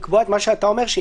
לקבוע את מה שאתה אומר,